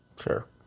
sure